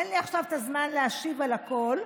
אין לי עכשיו את הזמן להשיב על הכול,